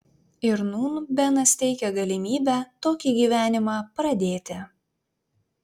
ir nūn benas teikia galimybę tokį gyvenimą pradėti